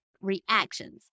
reactions